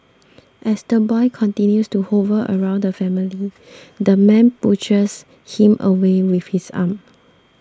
as the boy continues to hover around the family the man pushes him away with his arm